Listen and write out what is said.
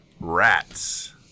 rats